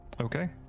Okay